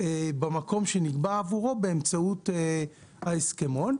במקום שנקבע עבורו באמצעות ההסכמון.